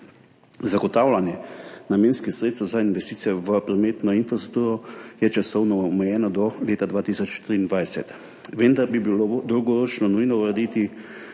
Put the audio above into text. Zagotavljanje namenskih sredstev za investicije v prometno infrastrukturo je časovno omejeno do leta 2023, vendar bi bilo dolgoročno nujno urediti